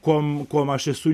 kuom kuom aš esu